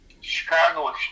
Chicago